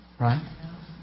right